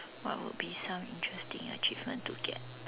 what would be some interesting achievements to get